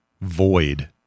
void